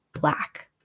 black